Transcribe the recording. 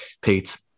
Pete